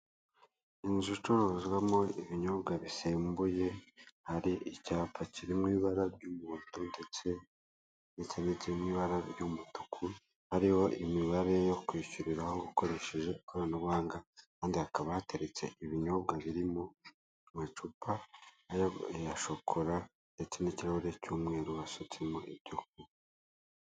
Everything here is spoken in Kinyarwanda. Inzu icururizwamo ibinyobwa bisembuye, hari icyapa kiri mu ibara ry'umuhondo ndetse nikiri mu ibara ry' umutuku hariho imibare yo kwishyuriraho ukoresheje ikorana buhanga, ahandi hakaba hateretse ibinyobwa birimo amacupa ya shokora ndetse n'ikirahure cy'umweru basutsemo ibyo kunywa.